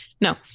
No